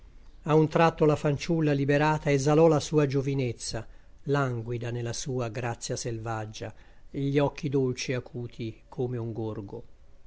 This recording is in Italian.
a un tratto la fanciulla liberata esalò la sua giovinezza languida nella sua grazia selvaggia gli occhi dolci e acuti come un gorgo